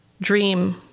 dream